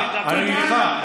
הלכת לפוליטיקה.